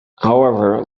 however